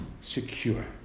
secure